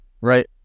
right